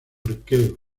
arquero